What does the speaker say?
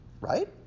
right